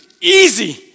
Easy